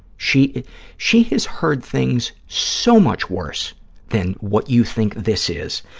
she she has heard things so much worse than what you think this is,